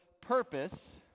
purpose